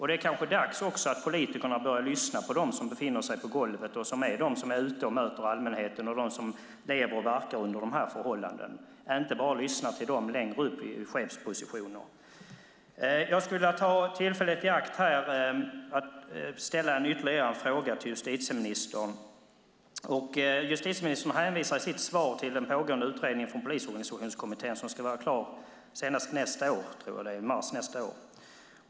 Det är kanske dags att politikerna börjar lyssna på dem som befinner sig på golvet, som är ute och möter allmänheten och som lever och verkar under dessa förhållanden, inte bara lyssna till dem högre upp i chefspositioner. Jag skulle vilja ta tillfället i akt att ställa ytterligare en fråga till justitieministern. Hon hänvisar i sitt svar till den pågående utredningen i Polisorganisationskommittén som ska vara klar senast i mars nästa år.